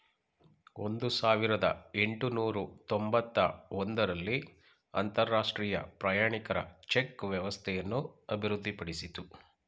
ಒಂದು ಸಾವಿರದ ಎಂಟುನೂರು ತೊಂಬತ್ತ ಒಂದು ರಲ್ಲಿ ಅಂತರಾಷ್ಟ್ರೀಯ ಪ್ರಯಾಣಿಕರ ಚೆಕ್ ವ್ಯವಸ್ಥೆಯನ್ನು ಅಭಿವೃದ್ಧಿಪಡಿಸಿತು